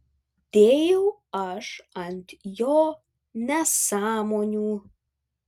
dėjau aš ant jo nesąmonių